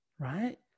Right